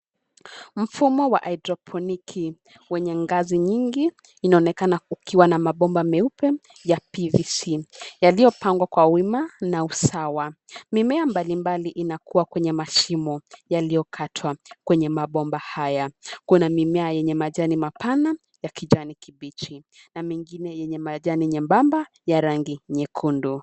Mfumo wa hydroponiki, wenye ngazi nyingi, inaonekana kukiwa na mambomba meupe ya PVC, yaliyopangwa kwa wima na usawa. Mimea mbalimbali inakuwa kwenye mashimo, yaliyokatwa, kwenye mabomba haya. Kuna mimea yenye majani mapana, ya kijani kibichi, na mengine yenye majani nyembamba ya rangi, nyekundu.